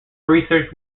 research